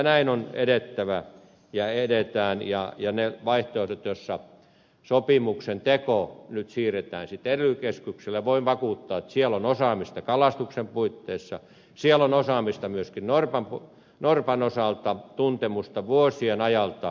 näin on edettävä ja edetään ja niistä vaihtoehdoista joissa sopimuksen teko nyt siirretään sitten ely keskukselle voin vakuuttaa että siellä ely keskuksessa on osaamista kalastuksen puitteissa siellä on osaamista myöskin norpan osalta tuntemusta vuosien ajalta